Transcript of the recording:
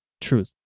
truth